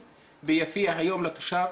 היום לתושב?